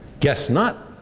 guess not,